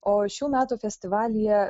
o šių metų festivalyje